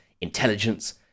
intelligence